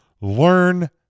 Learn